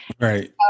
Right